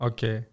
Okay